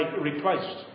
Replaced